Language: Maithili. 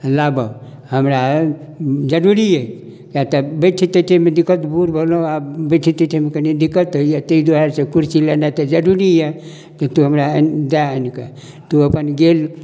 लाबऽ हमरा जरुरी यऽ किआ तऽ बैठे तैठैमे दिक्कत बूढ़ भेलहुँ आब बैठे तैठैमे कनि दिक्कत होइया ताहि दुआरेसँ कुर्सी लेनाइ तऽ जरुरी यऽ तऽ तू हमरा दए आनि कऽ तू अपन जे